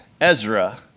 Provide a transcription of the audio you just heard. Ezra